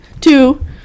Two